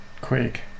Quick